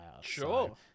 Sure